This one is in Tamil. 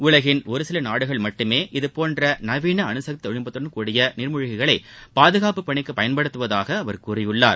உலகின் ஒருசில நாடுகள் மட்டுமே இதுபோன்ற நவீன அணுசக்தி தொழில்நுட்பத்துடன் கூடிய நீர்மூழ்கிகளை பாதுகாப்புப் பணிக்கு பயன்படுத்துவதாக அவர் கூறியுள்ளார்